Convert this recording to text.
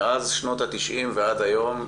מאז שנות ה-90' ועד היום,